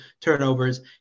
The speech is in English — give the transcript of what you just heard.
turnovers